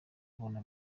kubona